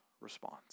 response